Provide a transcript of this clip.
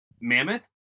mammoth